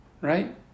right